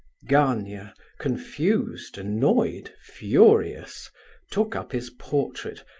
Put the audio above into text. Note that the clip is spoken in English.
gania confused, annoyed, furious took up his portrait,